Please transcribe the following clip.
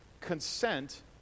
consent